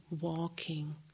walking